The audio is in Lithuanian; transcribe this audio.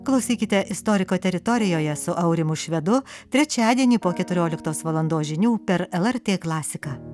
klausykite istoriko teritorijoje su aurimu švedu trečiadienį po keturioliktos valandos žinių per lrt klasiką